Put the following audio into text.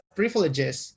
privileges